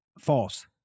False